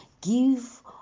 Give